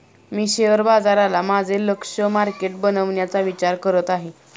मी share बाजाराला माझे लक्ष्य मार्केट बनवण्याचा विचार करत आहे